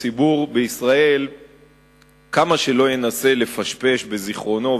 הציבור בישראל כמה שלא ינסה לפשפש בזיכרונו,